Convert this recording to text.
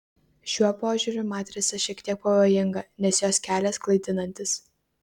šiuo požiūriu matrica šiek tiek pavojinga nes jos kelias klaidinantis